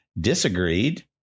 disagreed